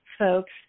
folks